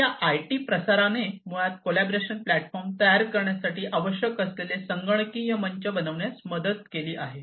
तर या आयटी प्रसाराने मुळात कॉलॅबोरेशन प्लॅटफॉर्म तयार करण्यासाठी आवश्यक असलेले संगणकीय मंच बनवण्यास मदत केली आहे